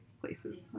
places